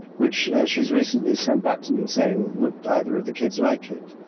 which she's recently sent back to me, saying would either of the kids like it.